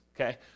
Okay